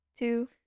Two